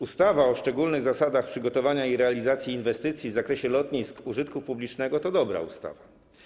Ustawa o szczególnych zasadach przygotowania i realizacji inwestycji w zakresie lotnisk użytku publicznego to jest dobra ustawa.